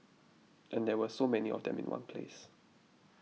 and there were so many of them in one place